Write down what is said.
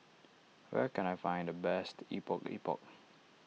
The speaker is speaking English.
where can I find the best Epok Epok